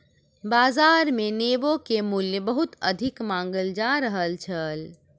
बाजार मे नेबो के मूल्य बहुत अधिक मांगल जा रहल छल